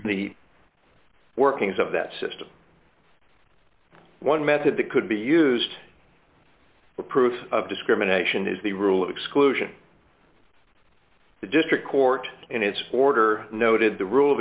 the workings of that system one method that could be used for proof of discrimination is the rule of exclusion the district court in its border noted the rule of